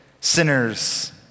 sinners